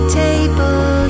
table